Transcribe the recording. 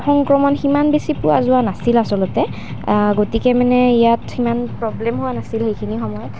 সংক্ৰমণ সিমান বেছি পোৱা যোৱা নাছিল আচলতে গতিকে মানে ইয়াত সিমান প্ৰব্লেম হোৱা নাছিল সেইখিনি সময়ত